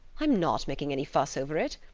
i'm not making any fuss over it.